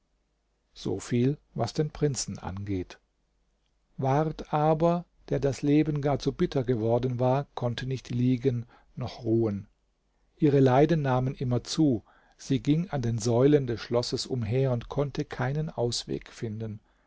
so viel was den prinzen angeht ward aber der das leben gar zu bitter geworden war konnte nicht liegen noch ruhen ihre leiden nahmen immer zu sie ging an den säulen des schlosses umher und konnte keinen ausweg finden